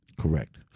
Correct